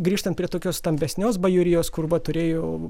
grįžtant prie tokios stambesnios bajorijos kur va turėjau